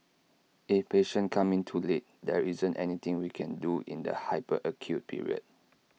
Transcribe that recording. if patients come in too late there isn't anything we can do in the hyper acute period